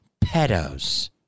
pedos